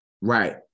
Right